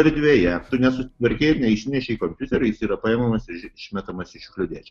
erdvėje nesutvarkei ir neišnešei kompiuterio jis yra paimamas iš išmetamas į šiukšlių dėžę